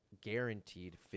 guaranteed